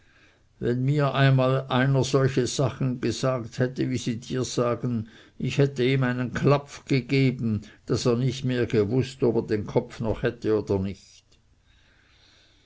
wenn mir einmal einer solche sachen gesagt hätte wie sie dir sagen ich hätte ihm einen klapf gegeben daß er nicht mehr gewußt ob er den kopf noch hätte oder nicht